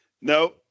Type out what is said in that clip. No